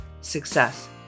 success